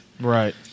Right